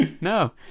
No